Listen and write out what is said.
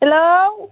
hello